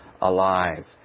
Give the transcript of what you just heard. alive